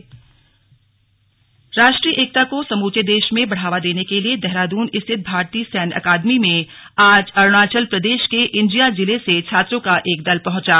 slug IMA भ्रमण राष्ट्रीय एकता को समूचे देश में बढ़ावा देने के लिए देहरादून स्थित भारतीय सैन्य अकादमी में आज अरुणाचल प्रदेश के अंजॉ जिले से छात्रों का एक दल पहंचा